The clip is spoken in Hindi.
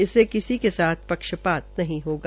इससे किसी के साथ पक्षपात नहीं होगा